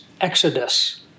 Exodus